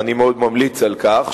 ואני מאוד ממליץ על כך,